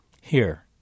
Here